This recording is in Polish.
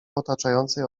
otaczającej